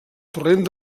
torrent